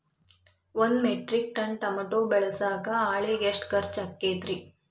ಒಂದು metric ton tomato ಬೆಳಸಾಕ್ ಆಳಿಗೆ ಎಷ್ಟು ಖರ್ಚ್ ಆಕ್ಕೇತ್ರಿ?